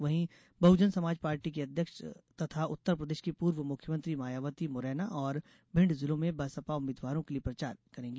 वहीं बहुजन समाज पार्टी की अध्यक्ष तथा उत्तर प्रदेश की पूर्व मुख्यमंत्री मायावती मुरैना और भिंड जिलों में बसपा उम्मीदवारों के लिए प्रचार करेंगी